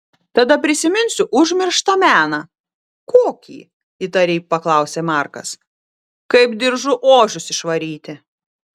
tada prisiminsiu užmirštą meną kokį įtariai paklausė markas kaip diržu ožius išvaryti